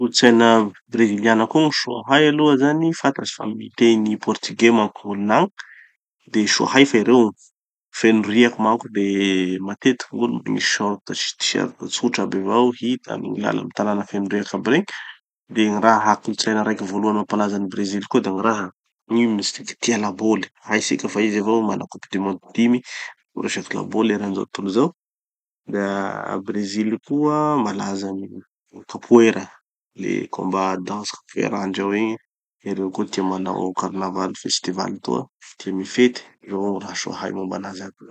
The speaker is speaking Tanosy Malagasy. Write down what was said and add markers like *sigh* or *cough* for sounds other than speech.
Kolotsaina breziliana koa moa soa hay aloha zany, fantatsy fa miteny portugais manko gn'olon'agny. De soa hay fa ereo, feno riaky manko le, matetiky gn'olo magnisy short sy t-shirt tsotra aby avao, hita amy gny lala amy gny tanana feno riaky aby regny. De gny raha kolotsaina raiky voalohany mampalaza an'i Bresil koa da gny raha. Ino moa izy tiky? Tia laboly. Haitsika fa izy avao gny mana coupes du monde dimy amy gny resaky laboly eran'izao tontolo izao. De ah bresil koa malaza amy kapoera, le combat danse kapoerandreo igny. Ereo koa tia manao carnaval festival toa, de mifety. Reo gny raha soa hainao malaza a b. *audio distortion*